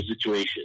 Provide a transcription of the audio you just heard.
situation